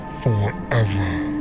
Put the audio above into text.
Forever